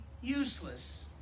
useless